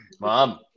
mom